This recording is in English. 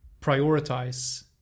prioritize